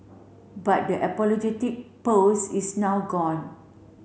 but the apologetic post is now gone